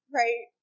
right